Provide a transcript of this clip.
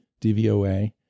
DVOA